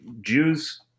Jews